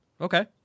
Okay